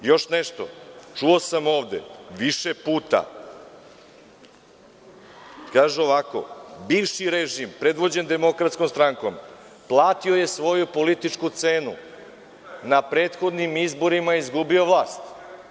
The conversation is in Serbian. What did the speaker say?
Još nešto, čuo sam ovde više puta, kažu ovako – bivši režim predvođen Demokratskom strankom platio je svoju političku cenu na prethodnim izborima i izgubio vlast.